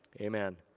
Amen